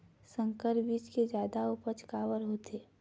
संकर बीज के जादा उपज काबर होथे?